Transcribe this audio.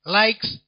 likes